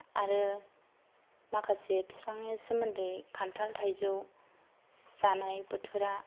आरो माखासे बिफांनि सोमोन्दै खान्थाल थाइजौ जानाय बोथोरा